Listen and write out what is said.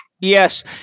Yes